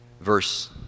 Verse